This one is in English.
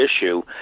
issue